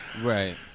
Right